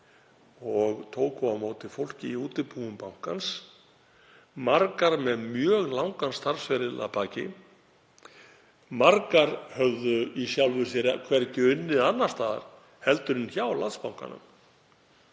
og tóku á móti fólki í útibúum bankans, margar með mjög langan starfsferil að baki. Margar höfðu í sjálfu sér hvergi unnið annars staðar en hjá Landsbankanum.